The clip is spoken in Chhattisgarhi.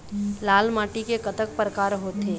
लाल माटी के कतक परकार होथे?